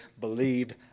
believed